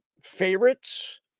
favorites